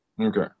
Okay